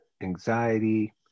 anxiety